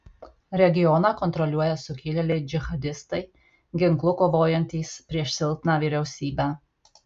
regioną kontroliuoja sukilėliai džihadistai ginklu kovojantys prieš silpną vyriausybę